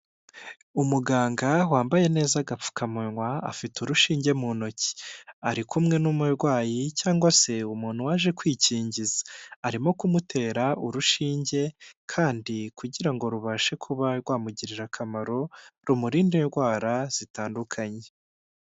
Umuganga wambaye neza agapfukamunwa afite urushinge mu ntoki, ari kumwe n'umurwayi cyangwa se umuntu waje kwikingiza, arimo kumutera urushinge kandi kugira ngo rubashe kuba rwamugirira akamaro rumurinde indwara zitandukanye.